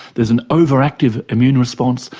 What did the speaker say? there's an overactive immune response,